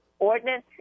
ordinance